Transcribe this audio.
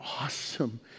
awesome